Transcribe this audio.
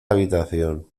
habitación